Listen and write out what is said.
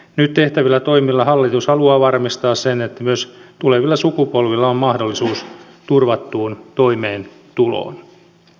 nyt tehtävillä toimilla hallitus haluaa varmistaa sen että myös tulevilla sukupolvilla on mahdollisuus turvattuun toimeentuloon